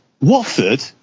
Watford